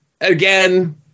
Again